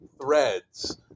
threads